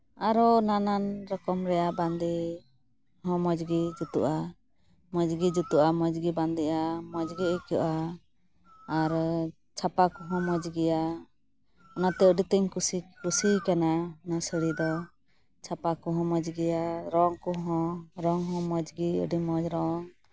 ᱟᱨᱚ ᱱᱟᱱᱟᱱ ᱨᱚᱠᱚᱢ ᱨᱮᱭᱟᱜ ᱵᱟᱸᱫᱮ ᱦᱚᱸ ᱢᱚᱡᱽ ᱜᱮ ᱡᱩᱛᱩᱜᱼᱟ ᱢᱚᱡᱽ ᱜᱮ ᱡᱩᱛᱩᱜᱼᱟ ᱢᱚᱡᱽ ᱜᱮ ᱵᱟᱸᱫᱮᱜᱼᱟ ᱢᱚᱡᱽ ᱜᱮ ᱟᱹᱭᱠᱟᱹᱜᱼᱟ ᱟᱨ ᱪᱷᱟᱯᱟ ᱠᱚᱦᱚᱸ ᱢᱚᱡᱽ ᱜᱮᱭᱟ ᱚᱱᱟᱛᱮ ᱟᱹᱰᱤᱛᱮᱧ ᱠᱩᱥᱤ ᱠᱩᱥᱤᱭ ᱠᱟᱱᱟ ᱚᱱᱟ ᱥᱟᱹᱲᱤ ᱫᱚ ᱪᱷᱟᱯᱟ ᱠᱚᱦᱚᱸ ᱢᱚᱡᱽ ᱜᱮᱭᱟ ᱨᱚᱝ ᱠᱚᱦᱚᱸ ᱨᱚᱝ ᱦᱚᱸ ᱢᱚᱡᱽ ᱜᱮ ᱟᱹᱰᱤ ᱢᱚᱡᱽ ᱨᱚᱝ